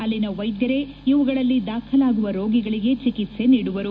ಅಲ್ಲಿನ ವೈದ್ಯರೇ ಇವುಗಳಲ್ಲಿ ದಾಖಲಾಗುವ ರೋಗಿಗಳಗೆ ಚಿಕಿತ್ಸೆ ನೀಡುವರು